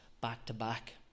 back-to-back